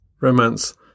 Romance